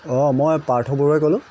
অঁ মই প্ৰাৰ্থ বৰুৱাই ক'লোঁ